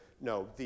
no